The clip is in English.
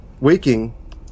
waking